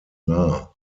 nahe